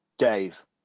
Dave